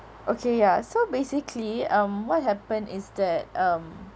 okay ya so basically um what happened is that um